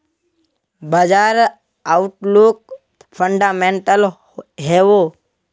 बाजार outlook fundamental हैवै?